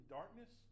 darkness